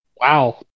Wow